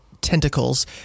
tentacles